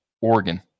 Oregon